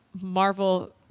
Marvel